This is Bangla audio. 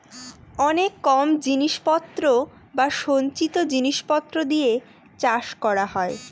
অনেক কম জিনিস পত্র বা সঞ্চিত জিনিস পত্র দিয়ে চাষ করা হয়